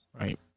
Right